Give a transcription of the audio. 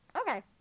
Okay